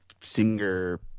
singer